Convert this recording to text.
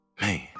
Man